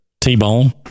T-Bone